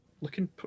looking